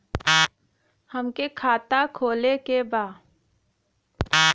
हमके खाता खोले के बा?